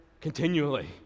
continually